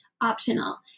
optional